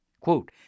Quote